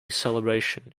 celebration